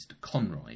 Conroy